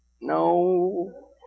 no